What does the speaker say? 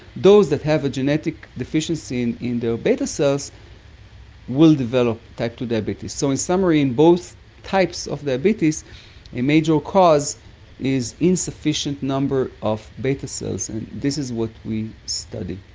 those that have a genetic deficiency in in their beta cells will develop type ii diabetes. so, in summary, in both types of diabetes a major cause is insufficient numbers of beta cells, and this is what we study.